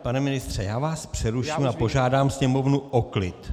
Pane ministře, já vás přeruším a požádám Sněmovnu o klid.